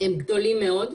הם גדולים מאוד.